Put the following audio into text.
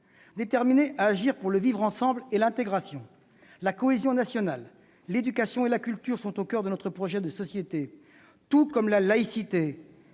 Déterminés à agir pour le vivre ensemble et l'intégration, la cohésion nationale. L'éducation et la culture sont au coeur de notre projet de société tout comme la laïcité,